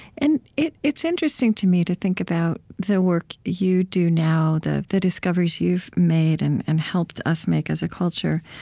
and it's interesting to me to think about the work you do now, the the discoveries you've made and and helped us make as a culture.